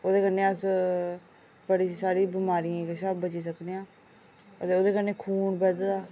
ओह्दे कन्नै अस बड़ी सारी बमारियें कशा बची सकने आं ते ओह्दे कन्नै खून बधदा